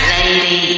Lady